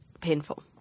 painful